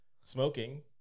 Smoking